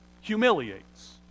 humiliates